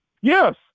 Yes